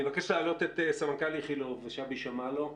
אני מבקש להעלות את סמנכ"ל איכילוב, שבי שמלו.